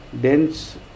dense